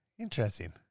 Interesting